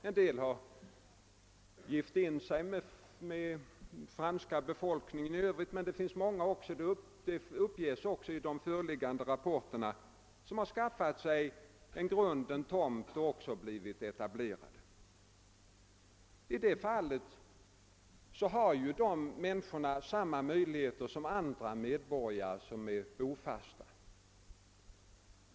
Somliga har gift in sig i den franska befolkningen, men det uppges också i de föreliggande rapporterna att många skaffat sig en tomt och blivit etablerade. I sådana fall har dessa zigenare samma möjligheter som andra bofasta medborgare.